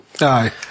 Aye